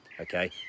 okay